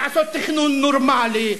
לעשות תכנון נורמלי,